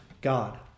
God